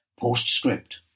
Postscript